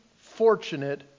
fortunate